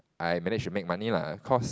I managed to make money lah cause